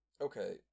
Okay